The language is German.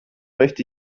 möchte